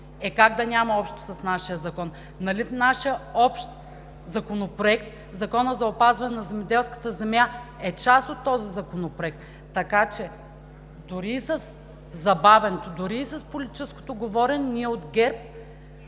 Е, как да няма общо с нашия закон? Нали в нашия общ законопроект – Законът за опазване на земеделската земя, е част от този законопроект. Така че дори и със забавянето, дори и с политическото говорене ние от ГЕРБ